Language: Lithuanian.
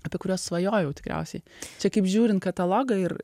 apie kuriuos svajojau tikriausiai čia kaip žiūrint katalogą ir